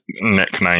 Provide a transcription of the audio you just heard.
nickname